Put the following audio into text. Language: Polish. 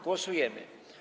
Głosujemy.